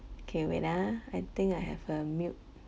okay wait ah I think I have uh mute